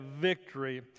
victory